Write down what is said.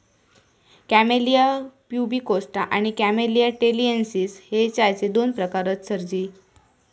camellia pubicosta आणि Camellia taliensis हे चायचे दोन प्रकार हत सरजी